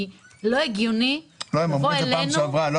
כי לא הגיוני לבוא אלינו ולהגיד אחורה.